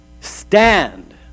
stand